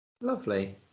lovely